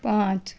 पाँच